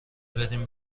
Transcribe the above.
بدین